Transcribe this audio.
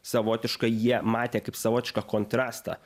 savotiškai jie matė kaip savotišką kontrastą